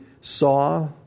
saw